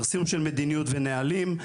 פרסום של מדיניות ונהלים,